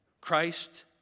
Christ